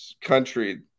country